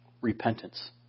repentance